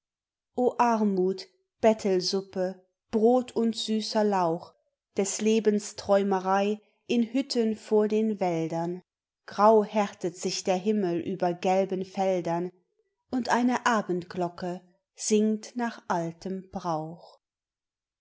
armut bettelsuppe brot und süßer lauch des lebens träumerei in hütten vor den wäldern grau härtet sich der himmel über gelben feldern und eine abendglocke singt nach altem brauch